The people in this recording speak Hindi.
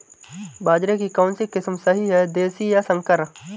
बाजरे की कौनसी किस्म सही हैं देशी या संकर?